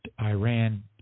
Iran